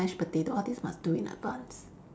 mashed potato all this must do in advance